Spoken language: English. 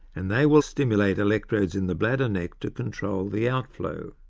and they will stimulate electrodes in the bladder neck to control the outflow.